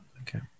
okay